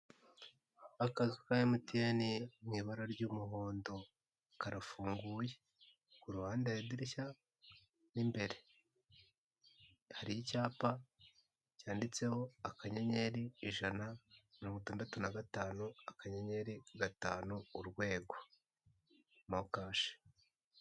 Akazu ka MTN mu ibara ry'umuhondo. Karafunguye! Ku ruhande hari idirishya, n'imbere. Hari icyapa cyanditseho akanyenyeri ijana, mirongo itandatu na gatanu, akanyenyeri, gatanu, urwego. Mokash.